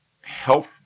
Help